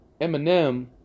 Eminem